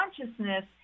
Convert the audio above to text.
consciousness